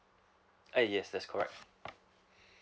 uh yes that's correct